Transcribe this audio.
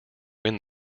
win